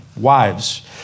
Wives